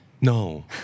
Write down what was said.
No